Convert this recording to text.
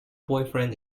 boyfriend